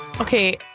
Okay